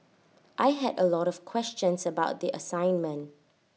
I had A lot of questions about the assignment